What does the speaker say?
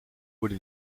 wurde